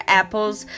apples